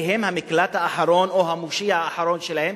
כי הם המקלט האחרון או המושיע האחרון שלהם,